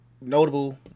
notable